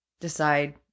Decide